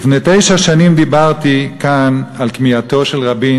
לפני תשע שנים דיברתי כאן על כמיהתו של רבין,